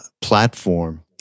platform